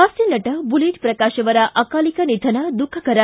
ಹಾಸ್ತ ನಟ ಬುಲೆಟ್ ಪ್ರಕಾಶ್ ಅವರ ಅಕಾಲಿಕ ನಿಧನ ದುಬುಕರ